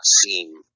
seem